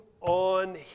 on